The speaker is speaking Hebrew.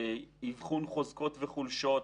אבחון חוזקות וחולשות,